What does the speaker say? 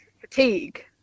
Fatigue